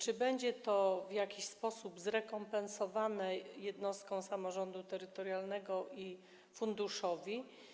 Czy będzie to w jakiś sposób zrekompensowane jednostkom samorządu terytorialnego i funduszowi?